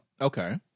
Okay